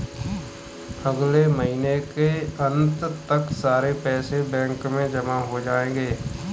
अगले महीने के अंत तक सारे पैसे बैंक में जमा हो जायेंगे